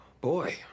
Boy